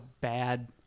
bad